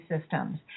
systems